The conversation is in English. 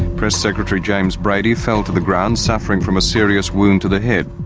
press secretary james brady fell to the ground suffering from a serious wound to the head.